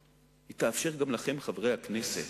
היא תאפשר גם לכם, חברי הכנסת,